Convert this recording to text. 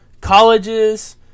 colleges